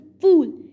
fool